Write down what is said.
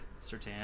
Sertan